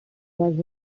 was